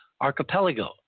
archipelago